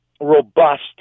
robust